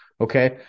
Okay